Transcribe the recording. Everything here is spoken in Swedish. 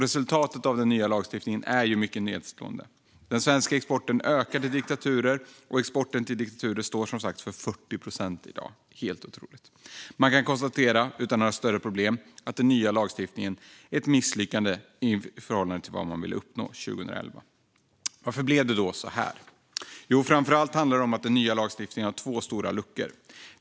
Resultatet av den nya lagstiftningen är mycket nedslående. Den svenska exporten till diktaturer ökar och står i dag för 40 procent, vilket är helt otroligt. Man kan utan några större problem konstatera att den nya lagstiftningen är ett misslyckande i förhållande till vad man ville uppnå 2011. Varför blev det då så här? Framför allt handlar det om att den nya lagstiftningen har två stora luckor.